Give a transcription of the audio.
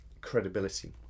credibility